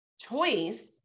choice